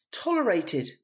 Tolerated